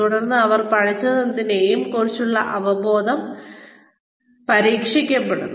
തുടർന്ന് അവർ പഠിച്ചതെന്തിനെയും കുറിച്ചുള്ള അവബോധം പരീക്ഷിക്കപ്പെടുന്നു